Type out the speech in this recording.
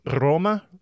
Roma